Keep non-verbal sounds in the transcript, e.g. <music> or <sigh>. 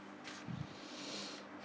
<breath>